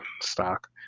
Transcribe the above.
stock